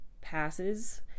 passes